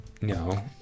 No